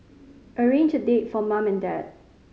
arrange a date for mum and dad